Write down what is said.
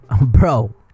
bro